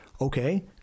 okay